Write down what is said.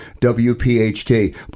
WPHT